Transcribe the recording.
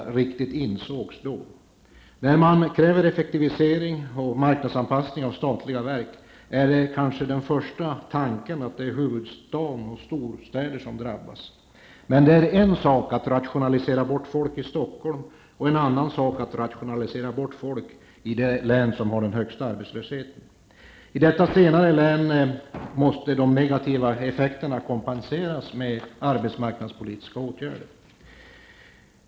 När krav ställs på effektivisering och marknadsanpassning av statliga verk är kanske tanken i första hand att endast huvudstaden och storstäder drabbas. Men det är en sak att rationalisera bort folk i Stockholm och en annan sak att rationalisera bort folk i det län som har den högsta arbetslösheten. I det län jag talar om måste de negativa effekterna kompenseras med arbetsmarknadspolitiska åtgärder.